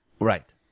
Right